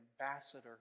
ambassador